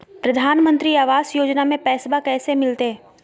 प्रधानमंत्री आवास योजना में पैसबा कैसे मिलते?